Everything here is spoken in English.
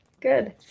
Good